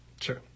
Sure